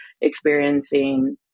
experiencing